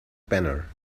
banner